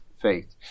faith